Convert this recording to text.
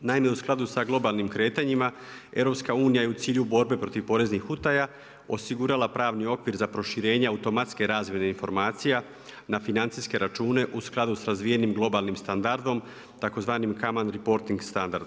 Naime, u skladu sa globalnim kretanjima EU je u cilju borbe protiv poreznih utaja osigurala pravni okvir za proširenje automatske razmjene informacija na financijske račune u skladu sa razvijenim globalnim standardom, tzv. … [[Govornik govori engleski, ne razumije se.]] CRS.